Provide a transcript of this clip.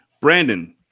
Brandon